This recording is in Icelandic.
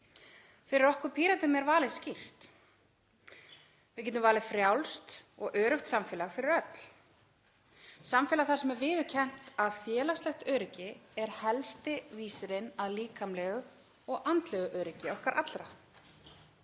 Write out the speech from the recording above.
Fyrir okkur Pírötum er valið skýrt. Við getum valið frjálst og öruggt samfélag fyrir öll, samfélag þar sem viðurkennt er að félagslegt öryggi er helsti vísirinn að líkamlegu og andlegu öryggi okkar allra,